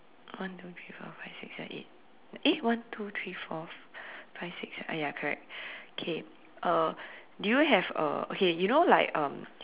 one two three four five six seven eight eh one two three four five six seven uh ya correct okay uh do you have uh okay you know like um